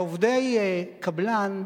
ועובדי קבלן,